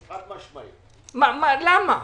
למה?